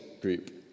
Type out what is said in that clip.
group